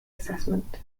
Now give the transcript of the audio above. assessment